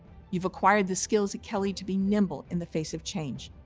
you've acquired the skills at kelley to be nimble in the face of change.